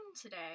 today